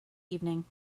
evening